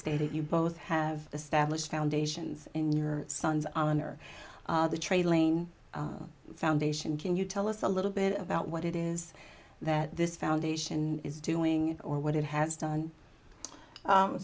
stated you both have established foundations in your son's honor the trade lane foundation can you tell us a little bit about what it is that this foundation is doing or what it has done